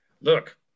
Look